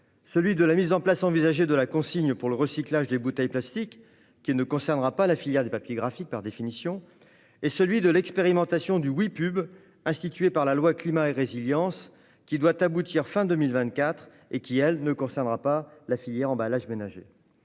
celui de la mise en place envisagée de la consigne pour le recyclage des bouteilles plastiques, qui ne concernera pas, par définition, la filière des papiers graphiques ; et celui de l'expérimentation du « Oui pub », institué par la loi Climat et résilience, qui doit aboutir à la fin de 2024 et qui, elle, ne concernera pas la filière emballages ménagers.